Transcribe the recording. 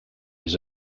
his